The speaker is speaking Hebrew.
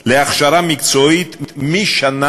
להכשרה מקצועית משנה